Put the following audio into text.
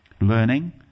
Learning